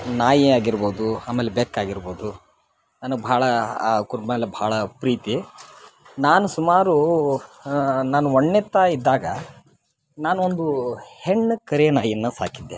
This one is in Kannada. ನಾಯಿ ಆಗಿರ್ಬೋದು ಆಮೇಲೆ ಬೆಕ್ಕು ಆಗಿರ್ಬೋದು ನನಗೆ ಬಹಳ ಕುರಿ ಮೇಲೆ ಬಹಳ ಪ್ರೀತಿ ನಾನು ಸುಮಾರು ನಾನು ಒಣ್ಣೆತ್ತ ಇದ್ದಾಗ ನಾನೊಂದು ಹೆಣ್ಣು ಕರಿ ನಾಯಿಯನ್ನು ಸಾಕಿದ್ದೆ